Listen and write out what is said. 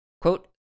Quote